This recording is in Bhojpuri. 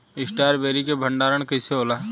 स्ट्रॉबेरी के भंडारन कइसे होला?